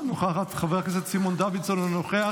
נוכחת, חברת הכנסת דבי ביטון, אינה נוכחת,